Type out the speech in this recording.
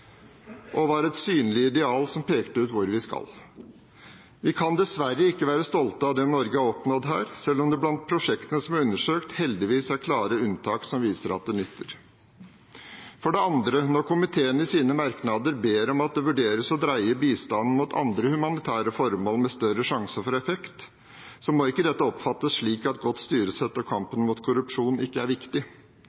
og var et synlig ideal som pekte ut hvor vi skal. Vi kan dessverre ikke være stolte av det Norge har oppnådd her, selv om det blant prosjektene som er undersøkt, heldigvis er klare unntak som viser at det nytter. For det andre, når komiteen i sine merknader ber om at det vurderes å dreie bistanden mot andre humanitære formål med større sjanse for effekt, må ikke dette oppfattes slik at godt styresett og